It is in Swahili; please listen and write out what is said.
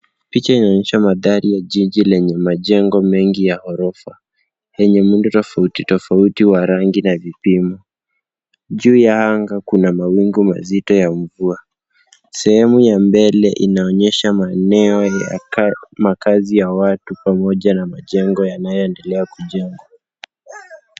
Picha inaonyesha mandhari ya jiji lenye majengo mengi ya orofa yenye muundo tofauti tofauti wa rangi na vipimo. Juu ya anga kuna mawingu mazito ya mvua. Sehemu ya mbele inaonyesha maeneo ya makazi ya watu pamoja na majengo yanayoendelea kujengwa.